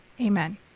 Amen